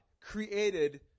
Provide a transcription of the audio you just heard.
created